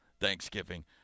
thanksgiving